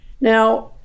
Now